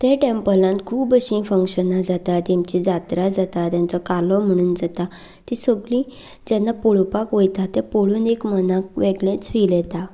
त्या टेंपलांत खूब अशीं फंक्शनां जातात तांची जात्रा जातात तांचो कालो म्हणून जाता ती सगळीं जेन्ना पळोवपाक वयता ते पळोवन एक मनाक वेगळेंच फील येता